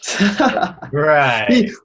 Right